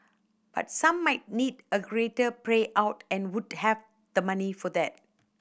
but some might need a greater pray out and would have the money for that